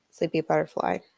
sleepybutterfly